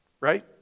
right